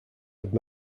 have